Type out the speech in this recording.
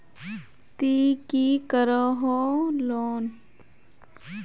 ती की करोहो लोन?